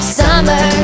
summer